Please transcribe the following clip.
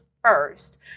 first